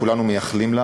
וכולנו מייחלים לה,